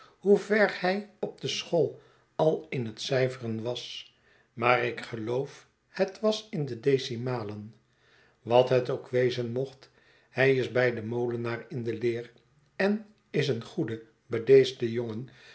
hoever hij op de school al in het cijferen was maar ik geloof het was in de decimalen wat het ook wezen mocht hij is bij den molenaar in de leer en is een goede bedeesde jongen